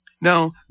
Now